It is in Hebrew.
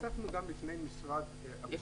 הצפנו גם בפני משרד הבריאות --- אי